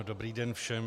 Dobrý den všem.